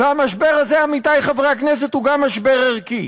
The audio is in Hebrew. והמשבר הזה, עמיתי חברי הכנסת, הוא גם משבר ערכי.